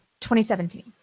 2017